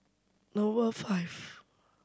five